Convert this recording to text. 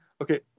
Okay